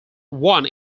one